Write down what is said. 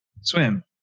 swim